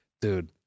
Dude